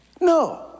No